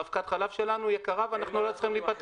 אבקת החלב שלנו יקרה ואנחנו לא צריכים להיפטר